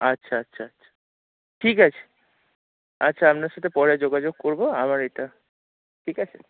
আচ্ছা আচ্ছা আচ্ছা ঠিক আছে আচ্ছা আপনার সাথে পরে যোগাযোগ করবো আবার এটা ঠিক আছে